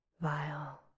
Vile